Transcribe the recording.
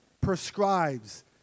prescribes